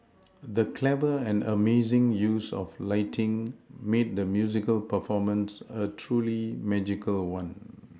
the clever and amazing use of lighting made the musical performance a truly magical one